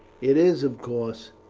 it is, of course,